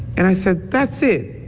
and i said, that's it.